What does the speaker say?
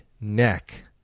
neck